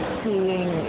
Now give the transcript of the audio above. seeing